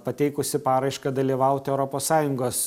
pateikusi paraišką dalyvauti europos sąjungos